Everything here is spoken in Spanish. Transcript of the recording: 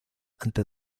ante